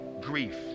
grief